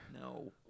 No